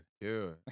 dude